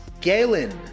Galen